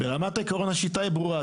ברמת העיקרון השיטה היא ברורה,